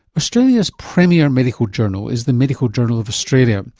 australia's premier and medical journal is the medical journal of australia.